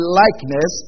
likeness